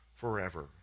forever